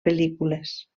pel·lícules